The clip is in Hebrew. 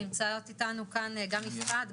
נמצאות איתנו כאן גם יפעת,